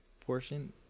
portion